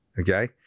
okay